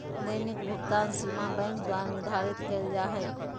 दैनिक भुकतान सीमा बैंक द्वारा निर्धारित करल जा हइ